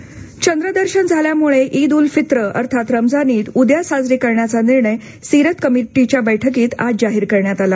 ईद चंद्र दर्शन झाल्यामुळे ईद ऊल फित्र अर्थात रमजान ईद उद्या साजरी करण्याचा निर्णय सीरत कमिटीच्या बैठकीत आज जाहीर करण्यात आला